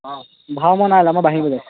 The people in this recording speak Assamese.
ভাও মই নাইলোৱা মই বাঁহী বজাইছোঁ